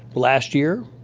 last year,